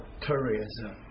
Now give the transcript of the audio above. terrorism